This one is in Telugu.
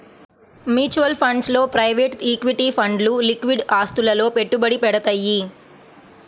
మ్యూచువల్ ఫండ్స్ లో ప్రైవేట్ ఈక్విటీ ఫండ్లు లిక్విడ్ ఆస్తులలో పెట్టుబడి పెడతయ్యి